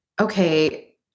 okay